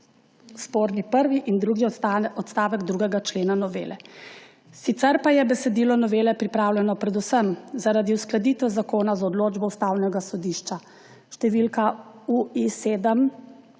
sporni prvi in drugi odstavek 2. člena novele. Sicer pa je besedilo novele pripravljeno predvsem zaradi uskladitev zakona z odločbo Ustavnega sodišča številka